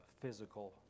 physical